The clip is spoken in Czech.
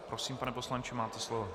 Prosím, pane poslanče, máte slovo.